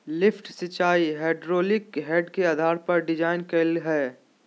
lift सिंचाई hydraulic head के आधार पर डिजाइन कइल हइ